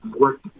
work